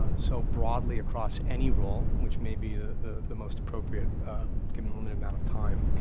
ah so broadly across any role, which may be ah the most appropriate given the limited amount of time.